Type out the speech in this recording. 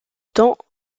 temps